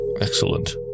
Excellent